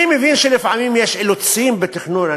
אני מבין שלפעמים יש אילוצים בתכנון,